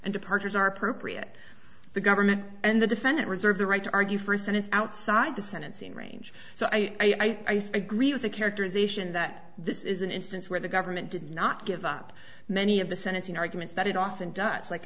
and departures are appropriate the government and the defendant reserve the right to argue first and it's outside the sentencing range so i agree with the characterization that this is an instance where the government did not give up many of the sentencing arguments that it often does like